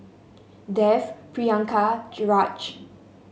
Dev Priyanka Raj